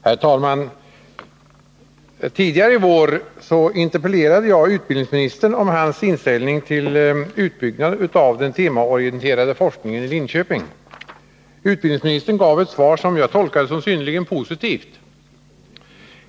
Herr talman! Tidigare i vår interpellerade jag till utbildningsministern om hans inställning till utbyggnad av den temaorienterade forskningen i Linköping. Utbildningsministern gav ett svar som jag tolkade som synnerligen positivt.